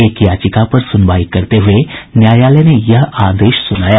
एक याचिका पर सुनवाई करते हुए न्यायालय ने यह आदेश सुनाया